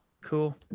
cool